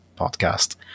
podcast